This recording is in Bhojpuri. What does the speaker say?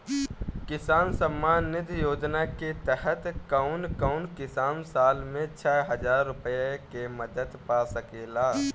किसान सम्मान निधि योजना के तहत कउन कउन किसान साल में छह हजार रूपया के मदद पा सकेला?